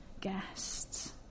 guests